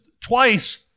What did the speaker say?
twice